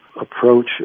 approach